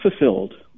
fulfilled